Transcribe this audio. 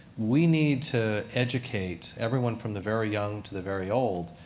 we need to educate everyone, from the very young to the very old,